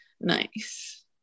nice